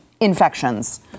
infections